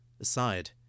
Aside